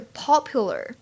popular 。